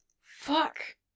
Fuck